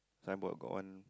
signboard got one